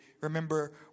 Remember